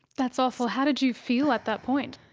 that's awful. how did you feel at that point?